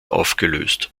aufgelöst